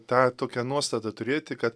tą tokią nuostatą turėti kad